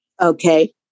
Okay